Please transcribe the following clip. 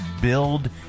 build